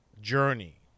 journey